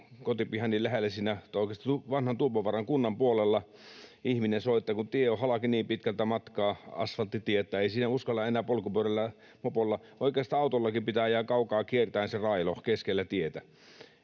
tai oikeastaan vanhan Tuupovaaran kunnan puolella, ihminen soittaa, kun tie on halki niin pitkältä matkaa asfalttitietä, että ei sinne uskalla enää polkupyörällä, mopolla — oikeastaan autollakin pitää ajaa kaukaa kiertäen se railo keskellä tietä.